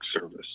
service